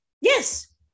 yes